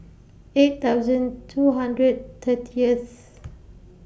eight thousand two hundred thirtieth